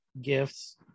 gifts